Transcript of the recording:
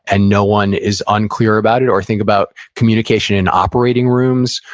and no one is unclear about it. or, think about communication in operating rooms,